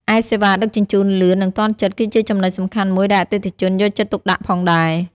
ឯសេវាដឹកជញ្ជូនលឿន និងទាន់ចិត្ត គឺជាចំណុចសំខាន់មួយដែលអតិថិជនយកចិត្តទុកដាក់ផងដែរ។